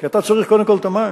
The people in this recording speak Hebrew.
כי אתה צריך קודם כול את המים.